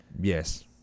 Yes